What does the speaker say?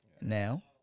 Now